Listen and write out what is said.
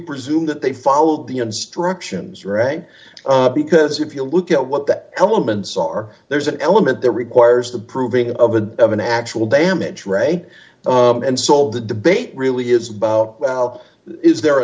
presume that they followed the instructions right because if you look at what the elements are there's an element that requires the proving of a financial damage ray and sold the debate really is about well is there a